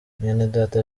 mwenedata